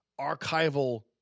archival